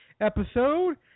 episode